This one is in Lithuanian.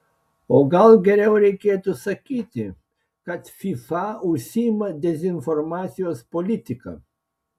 o gal geriau reikėtų sakyti kad fifa užsiima dezinformacijos politika